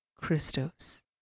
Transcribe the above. Christos